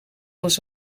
was